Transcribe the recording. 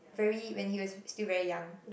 very when he was still very young